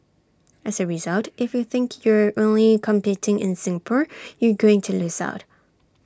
as A result if you think you're only competing in Singapore you're going to lose out